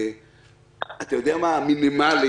מינימלי,